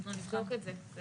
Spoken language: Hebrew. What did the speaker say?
אנחנו נבדוק את זה.